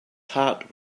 heart